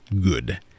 good